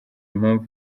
impamvu